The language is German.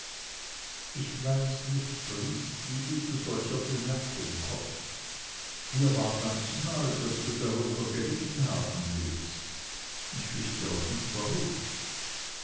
ich weiß nicht briest wie du zu solcher bemerkung kommst mir war ganz neu daß du darunter gelitten haben willst ich wüßte auch nicht warum